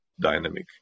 Dynamic